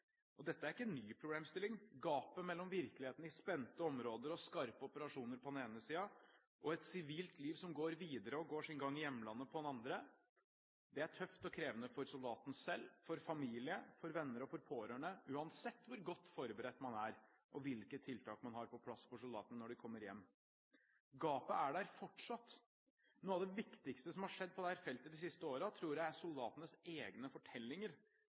Dette er ikke en ny problemstilling. Gapet mellom virkeligheten i spente områder og skarpe operasjoner på den ene siden og et sivilt liv som går videre og går sin gang i hjemlandet på den andre, er tøft og krevende for soldaten selv, for familien, for venner og for pårørende, uansett hvor godt forberedt man er, og hvilke tiltak man har på plass for soldatene når de kommer hjem. Gapet er der fortsatt. Noe av det viktigste som har skjedd på dette feltet de siste årene, tror jeg er soldatenes egne fortellinger,